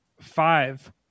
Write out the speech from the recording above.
five